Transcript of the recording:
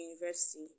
university